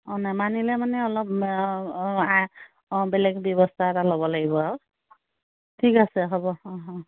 অ নেমানিলে মানে অলপ আ অ আ অ বেলেগ ব্যৱস্থা এটা ল'ব লাগিব আৰু ঠিক আছে হ'ব অহ অহ